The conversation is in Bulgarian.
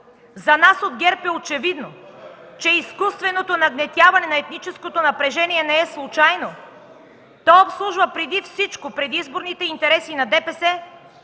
За нас от ГЕРБ е очевидно, че изкуственото нагнетяване на етническото напрежение не е случайно. То обслужва преди всичко предизборните интереси на ДПС